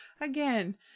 again